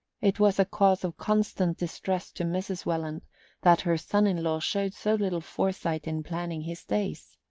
it was a cause of constant distress to mrs. welland that her son-in-law showed so little foresight in planning his days.